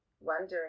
wondering